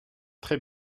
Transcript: très